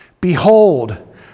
Behold